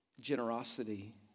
Generosity